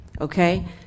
Okay